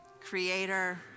Creator